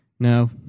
No